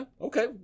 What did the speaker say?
Okay